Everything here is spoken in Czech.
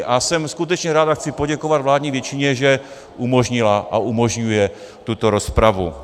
A jsem skutečně rád a chci poděkovat vládní většině, že umožnila a umožňuje tuto rozpravu.